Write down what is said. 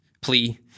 plea